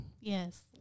Yes